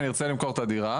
אני ארצה למכור את הדירה,